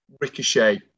Ricochet